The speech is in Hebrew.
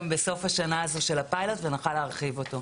בסוף השנה של הפיילוט ושנוכל להרחיב אותו.